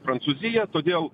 prancūziją todėl